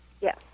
Yes